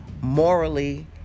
morally